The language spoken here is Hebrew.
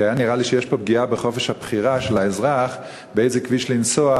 כי היה נראה לי שיש פה פגיעה בחופש הבחירה של האזרח באיזה כביש לנסוע,